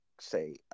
say